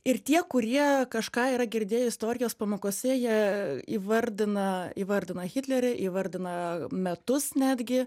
ir tie kurie kažką yra girdėję istorijos pamokose jie įvardina įvardina hitlerį įvardina metus netgi